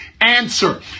answer